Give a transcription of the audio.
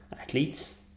athletes